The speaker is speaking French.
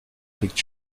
éric